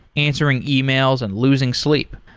answering yeah e-mails and losing sleep,